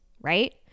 right